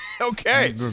Okay